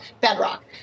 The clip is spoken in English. bedrock